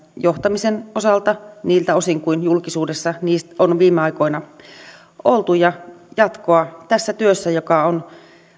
johtamisen osalta niiltä osin kuin julkisuudessa on viime aikoina ollut ja jatkoa tässä työssä joka on